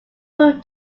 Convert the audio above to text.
prove